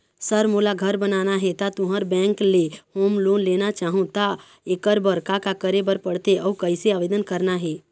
Sir मोला घर बनाना हे ता तुंहर बैंक ले होम लोन लेना चाहूँ ता एकर बर का का करे बर पड़थे अउ कइसे आवेदन करना हे?